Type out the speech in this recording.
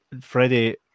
Freddie